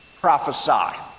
Prophesy